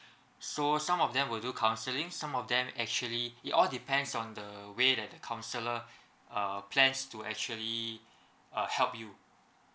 so some of them will do counseling some of them actually it all depends on the way that the counsellor uh plans to actually uh help you